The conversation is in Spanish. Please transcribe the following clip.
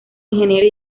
ingeniero